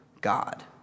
God